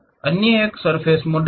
अन्य एक surface model है